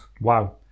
Wow